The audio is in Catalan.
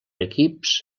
equips